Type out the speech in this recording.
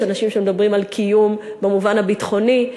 יש אנשים שמדברים על קיום במובן הביטחוני,